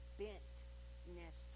bentness